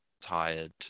tired